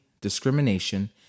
discrimination